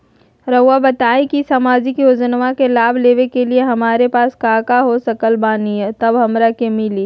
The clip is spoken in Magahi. रहुआ बताएं कि सामाजिक योजना के लाभ लेने के लिए हमारे पास काका हो सकल बानी तब हमरा के मिली?